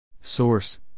Source